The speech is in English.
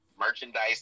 merchandise